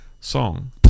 song